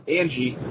Angie